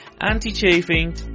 anti-chafing